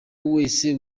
wese